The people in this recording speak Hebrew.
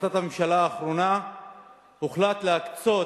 בהחלטת הממשלה האחרונה הוחלט להקצות